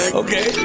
okay